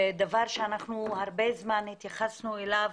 דבר שאנחנו הרבה זמן התייחסנו אליו,